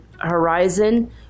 horizon